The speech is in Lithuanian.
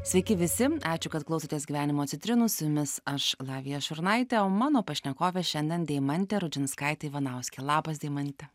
sveiki visi ačiū kad klausotės gyvenimo citrinų su jumis aš lavija šurnaitė o mano pašnekovė šiandien deimantė rudžinskaitė ivanauskė labas deimante